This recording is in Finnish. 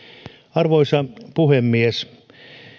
arvoisa puhemies